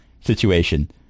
situation